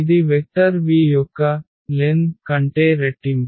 ఇది vector v యొక్క పొడవు కంటే రెట్టింపు